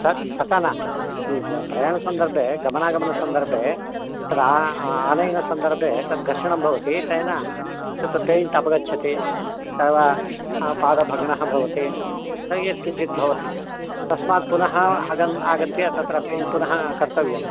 तद् तथा न प्रयाणसन्दर्भे गमनागमनसन्दर्भे तद् आ आनयनसन्दर्भे तत् घर्षणं भवति तेन् तत् पेण्ट् अपगच्छति न वा पादभग्नः भवति यत्किञ्चित् भवति तस्मात् पुनः अगन् आगत्य तत् पेय्ण्ट् पुनः कर्तव्यं